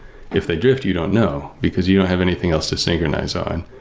if they drift, you don't know, because you don't have anything else to synchronize on.